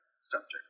subject